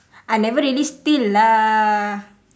I never really steal lah